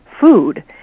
food